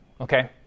okay